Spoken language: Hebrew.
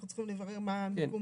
אנחנו צריכים לברר מה המיקום שלה.